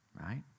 Right